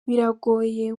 biragoye